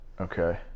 Okay